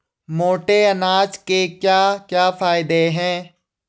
मोटे अनाज के क्या क्या फायदे हैं?